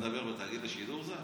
אתה מדבר בתאגיד השידור זה?